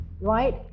right